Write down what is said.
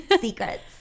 secrets